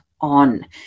on